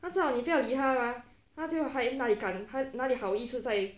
他知道你不要理他 mah 他就还哪理敢哪理好意思再